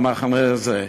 במחנה הזה.